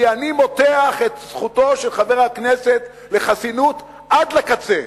כי אני מותח את זכותו של חבר הכנסת לחסינות עד לקצה.